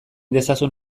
dezazun